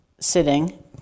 sitting